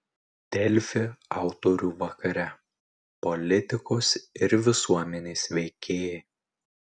delfi autorių vakare politikos ir visuomenės veikėjai